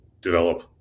develop